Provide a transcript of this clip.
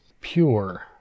Pure